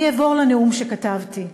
אני אעבור לנאום שכתבתי.